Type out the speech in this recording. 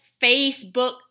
Facebook